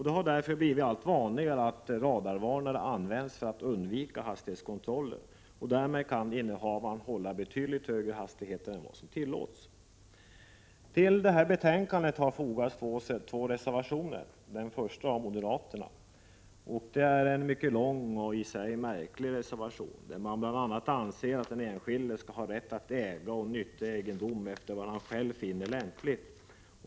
Det har därför blivit allt vanligare att radarvarnare används för att undvika hastighetskontroller. Därmed kan innehavaren hålla betydligt högre hastigheter än vad som tillåts. Till detta betänkande har fogats två reservationer, den första av moderaterna. Det är en mycket lång och märklig reservation, där man bl.a. anser att den enskilde skall ha rätt att äga och nyttja egendom efter vad han själv finner lämpligt.